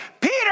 Peter